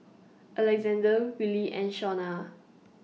Alexande Wylie and Shona